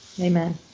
Amen